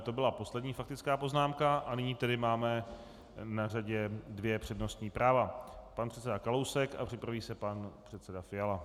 To byla poslední faktická poznámka a nyní máme na řadě dvě přednostní práva pan předseda Kalousek a připraví se pan předseda Fiala.